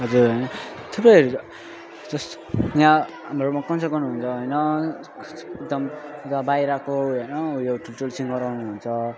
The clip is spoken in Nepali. हजुर थुप्रैहरू छ जस्ट यहाँ हाम्रोमा कन्सर्टहरू हुन्छ हैन एकदम बाहिरको हैन ऊ यो ठुल्ठुलो सिङ्गर आउनुहुन्छ